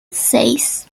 seis